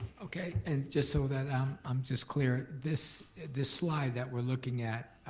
okay, and just so that i'm um just clear, this this slide that we're looking at,